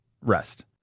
rest